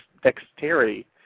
dexterity